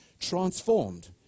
transformed